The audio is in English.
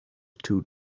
two